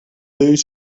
lose